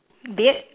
beard